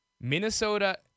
Minnesota